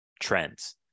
trends